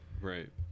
right